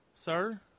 Sir